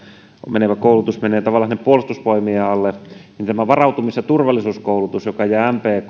antava koulutus menee tavallaan sinne puolustusvoimien alle niin tämä varautumis ja turvallisuuskoulutus joka jää